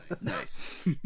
Nice